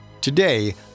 Today